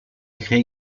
écrit